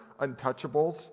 untouchables